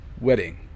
wedding